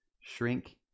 shrink